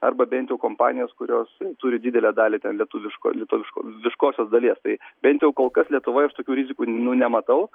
arba bent jau kompanijos kurios turi didelę dalį ten lietuviško lietuviško viškosios dalies bent jau kol kas lietuvoje tokių rizikų nu nematau